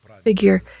figure